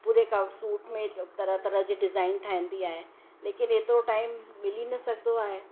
पूरे कव सूट में तरह तरह जी डिज़ाइन ठाहींदी आहे लेकिन एतिरो टाइम मिली न सघंदो आहे